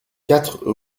quatre